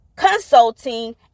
consulting